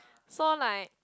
so like